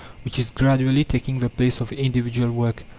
which is gradually taking the place of individual work.